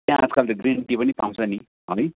त्यहाँ आजकल त ग्रिन टी पनि पाउँछ नि है